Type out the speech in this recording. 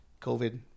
COVID